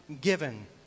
given